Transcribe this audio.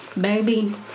baby